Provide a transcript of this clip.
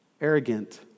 arrogant